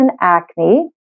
acne